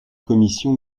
commission